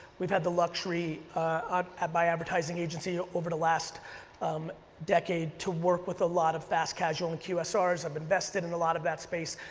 we've had the luxury at my advertising agency, over the last um decade to work with a lot of fast casual and qsrs ah have um invested in a lot of that space.